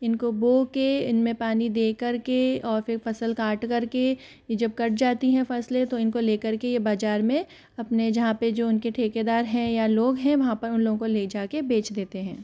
इनको बो कर इनमें पानी दे कर के और फिर फसल काट करके यह जब कट जाती हैं फसलें तो इनको लेकर के यह बाज़ार में अपने जहाँ पर जो इनके ठेकेदार हैं या लोग हैं वहाँ पर उन लोगों को ले जाकर बेच देते हैं